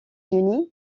unis